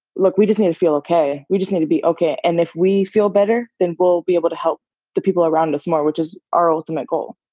look, we just need to feel okay. we just need to be okay. and if we feel better, then we'll be able to help the people around us more, which is our ultimate goal.